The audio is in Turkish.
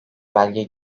belge